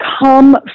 come